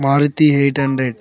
Maruti eight hundred